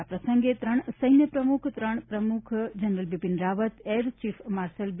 આ પ્રસંગે ત્રણ સૈન્ય પ્રમૂખ સૈન્ય પ્રમૂખ general Bipin Rawat air chief marshal બી